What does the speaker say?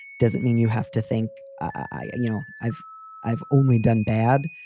doesn't mean you have to think i you know, i've i've only done bad.